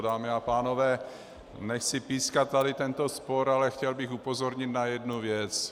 Dámy a pánové, nechci pískat tento spor, ale chtěl bych upozornit na jednu věc.